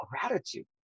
gratitude